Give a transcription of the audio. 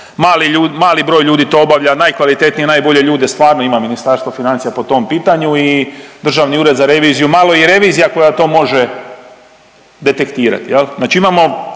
mali broj ljudi to obavlja, najkvalitetnije i najbolje ljude stvarno ima Ministarstvo financija po tom pitanju i Državni ured za reviziju, malo i revizija koja to može detektirati, je li? Znači imamo